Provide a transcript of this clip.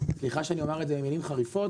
סליחה שאני אומר את זה במילים חריפות,